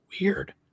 weird